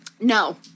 No